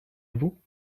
vous